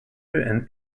and